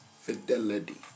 fidelity